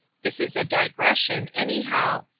this is a digression, anyhow.